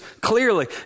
clearly